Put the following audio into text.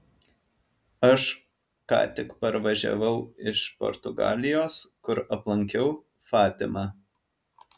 aš ką tik parvažiavau iš portugalijos kur aplankiau fatimą